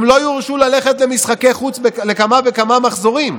הם לא יורשו ללכת למשחקי חוץ למשך כמה וכמה מחזורים.